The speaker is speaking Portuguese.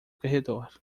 corredor